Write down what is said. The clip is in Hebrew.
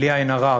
בלי עין הרע,